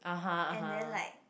and then like